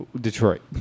Detroit